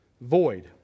void